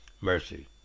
mercy